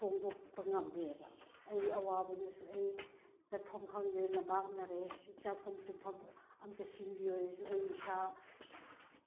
ꯐꯣꯡꯗꯣꯛꯄ ꯉꯝꯃꯦꯕ ꯑꯩ ꯑꯋꯥꯕꯗꯨꯁꯨ ꯑꯩ ꯆꯠꯐꯝ ꯈꯪꯗ꯭ꯔꯦ ꯂꯝꯃꯥꯡꯅꯔꯦ ꯆꯥꯐꯝ ꯇꯨꯝꯐꯝ ꯑꯝꯇ ꯁꯤꯟꯕꯤꯌꯨ ꯍꯥꯏꯔꯁꯨ ꯑꯩ ꯏꯁꯥ